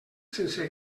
sense